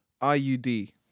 IUD